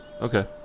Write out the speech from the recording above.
Okay